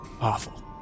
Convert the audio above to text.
awful